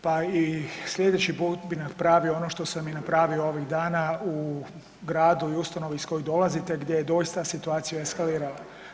Pa i sljedeći put bih napravio ono što sam i napravio ovih dana u gradu i ustanovi iz kojih dolazite, gdje je doista situacija eskalirala.